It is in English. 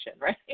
right